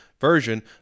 version